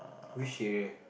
which area